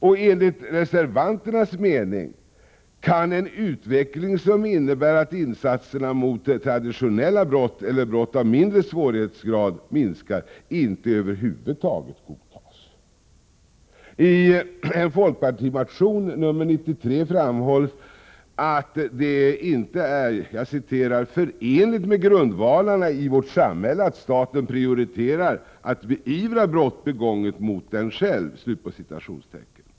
Och enligt reservanternas mening kan en utveckling som innebär att insatserna mot traditionella brott eller brott av mindre svårighetsgrad minskar inte över huvud taget godtas. I en folkpartimotion, nr 93, framhålls att det inte är ”förenligt med grundvalarna i vårt samhälle, att staten prioriterar att beivra brott begånget mot den själv”.